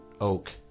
oak